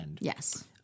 Yes